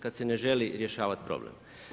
Kad se ne želi rješavati problem.